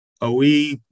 OE